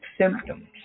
symptoms